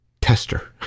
tester